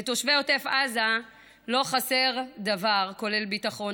לתושבי עוטף עזה לא חסר דבר, כולל ביטחון.